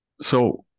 so-